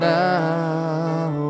now